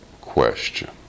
question